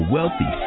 Wealthy